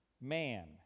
Man